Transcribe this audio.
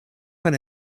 when